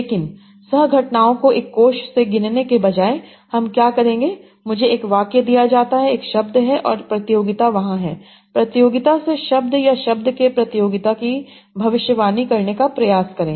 लेकिन सह घटनाओं को एक कोष से गिनने के बजाय हम क्या कहेंगे मुझे एक वाक्य दिया जाता है एक शब्द है और प्रतियोगिता वहाँ है प्रतियोगिता से शब्द या शब्द से प्रतियोगिता की भविष्यवाणी करने का प्रयास करें